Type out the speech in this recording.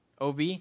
OB